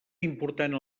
important